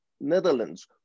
Netherlands